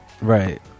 Right